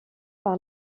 par